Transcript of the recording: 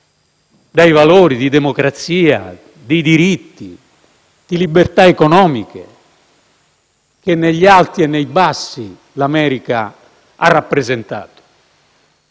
dai valori di democrazia, di diritti, di libertà economiche che, nei momenti alti e bassi, l'America ha rappresentato.